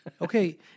okay